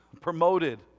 promoted